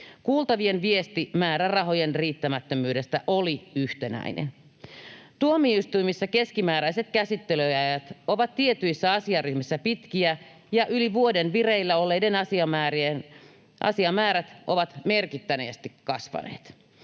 Kuultavien viesti määrärahojen riittämättömyydestä oli yhtenäinen. Tuomioistuimissa keskimääräiset käsittelyajat ovat tietyissä asiaryhmissä pitkiä ja yli vuoden vireillä olleet asiamäärät ovat merkittävästi kasvaneet.